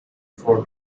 for